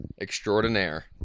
extraordinaire